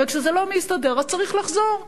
כשזה לא מסתדר אז צריך לחזור ולבדוק.